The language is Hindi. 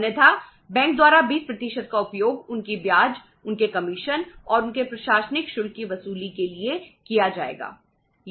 अन्यथा बैंक द्वारा 20 का उपयोग उनकी ब्याज उनके कमीशन और उनके प्रशासनिक शुल्क की वसूली के लिए किया जाएगा